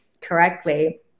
correctly